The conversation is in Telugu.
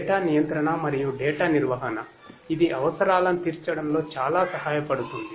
IIoT మరియు డేటా నిర్వహణ ఇది అవసరాలను తీర్చడంలో చాలా సహాయపడుతుంది